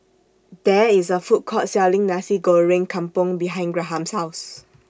There IS A Food Court Selling Nasi Goreng Kampung behind Graham's House